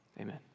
Amen